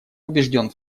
убежден